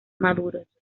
maduros